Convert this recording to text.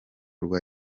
rwa